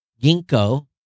Ginkgo